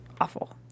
awful